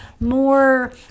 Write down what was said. more